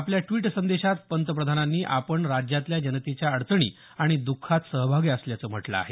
आपल्या ड्वीट संदेशात पंतप्रधानांनी आपण राज्यातल्या जनतेच्या अडचणी आणि दुःखात सहभागी असल्याचं म्हटलं आहे